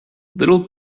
little